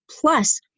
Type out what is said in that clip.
Plus